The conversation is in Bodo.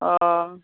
अह